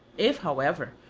if, however,